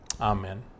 Amen